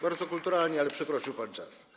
Bardzo kulturalnie, ale przekroczył pan czas.